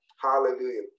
Hallelujah